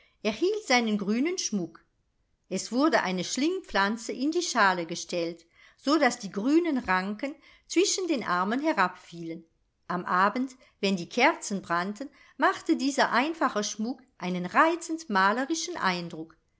erhielt seinen grünen schmuck es wurde eine schlingpflanze in die schale gestellt so daß die grünen ranken zwischen den armen herabfielen am abend wenn die kerzen brannten machte dieser einfache schmuck einen reizend malerischen eindruck